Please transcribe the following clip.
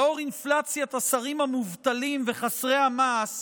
לאור אינפלציית השרים המובטלים וחסרי המעש